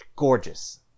gorgeous